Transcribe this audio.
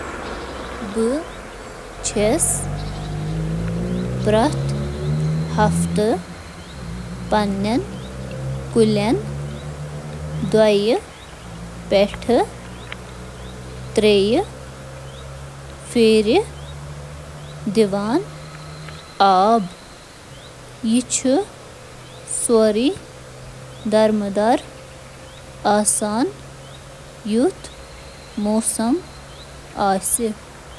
کیٚنٛہن ہیٚکن پرٛیٚتھ کیٚنٛہن دۄہن آب تراونٕچ ضٔروٗرت پیٚتھ، باقین پیٚیہِ ہفتس منٛز اکہِ یا دۄیہِ لٹہِ آب دِنٕچ ضٔروٗرت پیٚوان تہٕ کیٚنٛہہ کُلۍ کٔٹۍ یِم خۄشٕک آب و ہوا ترجیح دِوان چھ